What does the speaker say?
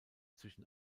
zwischen